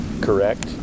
correct